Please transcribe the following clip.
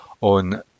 on